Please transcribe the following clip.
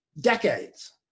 Decades